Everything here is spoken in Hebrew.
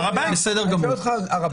בסדר גמור.